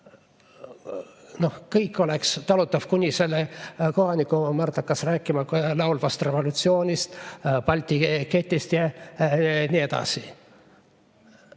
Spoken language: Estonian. loe. Kõik olnuks talutav, kuni selle kohani, kui Mart hakkas rääkima laulvast revolutsioonist, Balti ketist ja nii edasi.